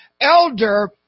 elder